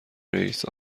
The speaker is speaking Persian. رئیس